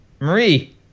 Marie